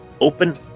open